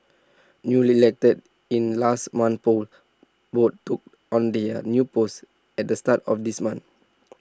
newly elected in last month's polls took on their new posts at the start of this month